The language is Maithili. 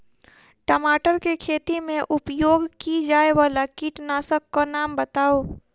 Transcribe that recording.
टमाटर केँ खेती मे उपयोग की जायवला कीटनासक कऽ नाम बताऊ?